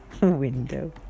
window